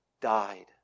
died